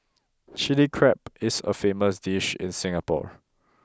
chilli crab is a famous dish in Singapore